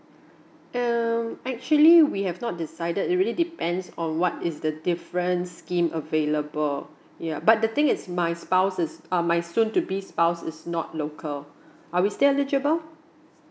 um actually we have not decided it really depends on what is the different scheme available yeah but the thing is my spouse is uh my soon to be spouse is not local are we still eligible